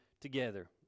together